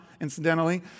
incidentally